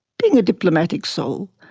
being a diplomatic soul,